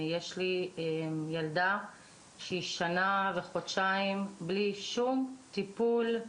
יש לי ילדה שהיא שנה וחודשיים בלי שום טיפול,